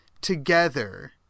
together